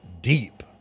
deep